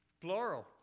Plural